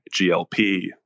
GLP